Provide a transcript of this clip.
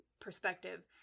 perspective